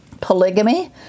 polygamy